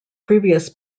previous